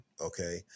okay